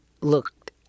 looked